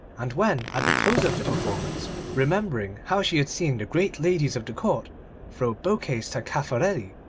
and when at the close of the performance, remembering how she had seen the great ladies of the court throw bouquets to caffarelli,